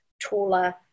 taller